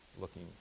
looking